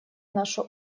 нашу